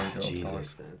Jesus